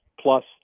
plus